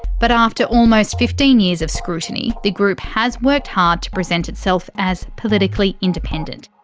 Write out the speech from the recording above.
but after almost fifteen years of scrutiny the group has worked hard to present itself as politically independent.